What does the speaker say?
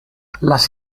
las